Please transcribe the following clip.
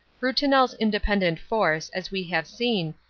brutinel's independent force, as we have seen,